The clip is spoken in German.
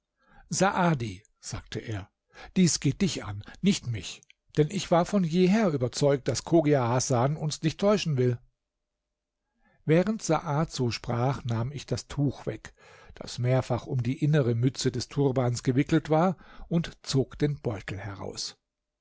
sagte er dies geht dich an nicht mich denn ich war von jeher überzeugt daß chogia hasan uns nicht täuschen will während saad so sprach nahm ich das tuch weg das mehrfach um die innere mütze des turbans gewickelt war und zog den beutel heraus